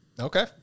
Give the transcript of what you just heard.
Okay